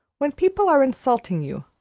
when people are insulting you,